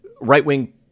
right-wing